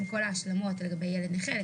כל ההשלמות לגבי ילד נכה,